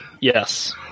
Yes